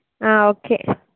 okay